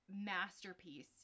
masterpiece